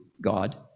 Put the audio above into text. God